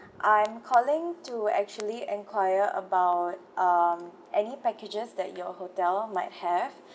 I am calling to actually enquire about um any packages that your hotel might have